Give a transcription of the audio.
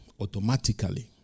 automatically